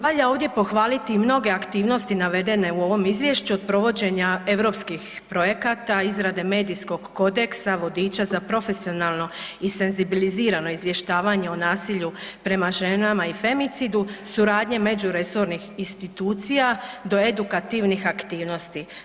Valja ovdje pohvaliti i mnoge aktivnosti navedene u ovome izvješću od provođenja europskih projekata, izrade medijskog kodeksa vodiča za profesionalno i senzibilizirano izvještavanje o nasilju prema ženama i femicidu, suradnju međuresornih institucija do edukativnih aktivnosti.